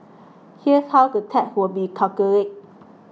here's how the tax will be calculated